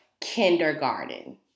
kindergarten